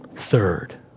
Third